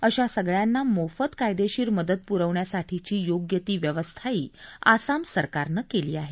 अशा सगळ्यांना मोफत कायदेशीर मदत पुरवण्यासाठीची योग्य ती व्यवस्थाही आसाम सरकारनं केली आहे